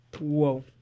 Whoa